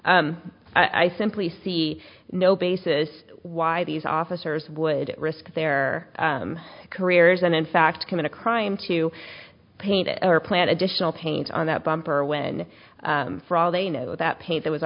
i simply see no basis why these officers would risk their careers and in fact commit a crime to paint a plant additional paint on that bumper when for all they know that paint that was